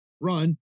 run